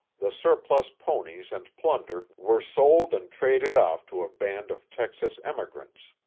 the surplus ponies and plunder were sold and traded off to a band of texas emigrants.